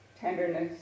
tenderness